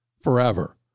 forever